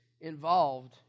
involved